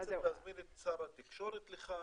בעצם להזמין את שר התקשורת לכאן.